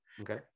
okay